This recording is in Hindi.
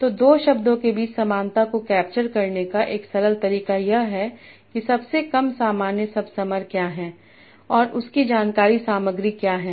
तो दो शब्दों के बीच समानता को कैप्चर करने का एक सरल तरीका यह है कि सबसे कम सामान्य सबसमर क्या है और उस की जानकारी सामग्री क्या है